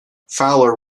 fowler